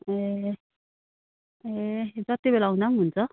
ए ए जत्ति बेला आउँदा पनि हुन्छ